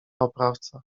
oprawca